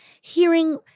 hearing